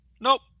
Nope